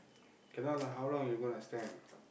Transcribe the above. cannot lah how long you going to stand